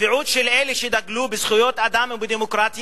הצביעות של אלה שדגלו בזכויות אדם ובדמוקרטיה,